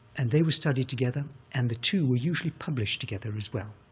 and they were studied together, and the two were usually published together as well,